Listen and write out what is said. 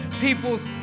people's